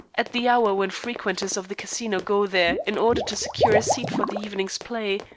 at the hour when frequenters of the casino go there in order to secure a seat for the evening's play,